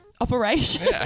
operation